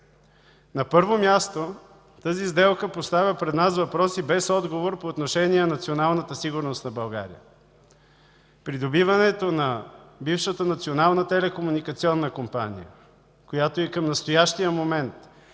На първо място тази сделка поставя пред нас въпроси без отговор по отношение на националната сигурност на България. Придобиването на бившата Национална телекомуникационна компания, която и към настоящия момент